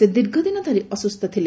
ସେ ଦୀର୍ଘଦିନ ଧରି ଅସ୍କୁସ୍ଥ ଥିଲେ